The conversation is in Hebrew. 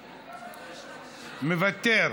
מוותר,